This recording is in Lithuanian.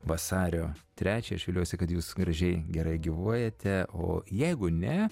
vasario trečią šiauliuose kad jūs gražiai gerai gyvuojate o jeigu ne